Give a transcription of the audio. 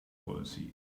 policy